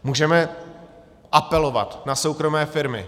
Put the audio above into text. Můžeme apelovat na soukromé firmy.